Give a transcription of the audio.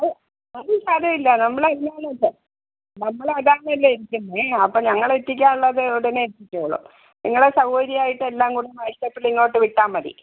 അത് അത് സാരമില്ല നമ്മൾ നമ്മൾ അതാണല്ലോ എടുക്കുന്നെ അപ്പം ഞങ്ങൾ എത്തിക്കാനുള്ളത് ഉടനെ എത്തിച്ചോളും നിങ്ങളെ സൗകര്യം ആയിട്ട് എല്ലാം കൂടെ വാട്ട്സപ്പില് ഇങ്ങോട്ട് വിട്ടാൽ മതി